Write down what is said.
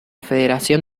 federación